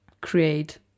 create